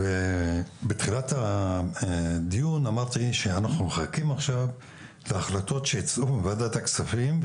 בתחילת הדיון אמרתי שאנחנו מחכים עכשיו להחלטות שיצאו מוועדת הכספים,